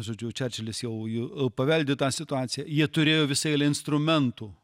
žodžiu čerčilis jau paveldi tą situaciją jie turėjo visą eilę instrumentų